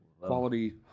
quality